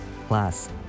Plus